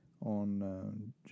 on